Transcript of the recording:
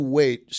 wait